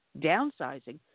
downsizing